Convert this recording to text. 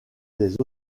des